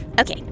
Okay